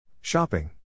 Shopping